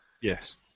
Yes